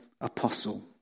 apostle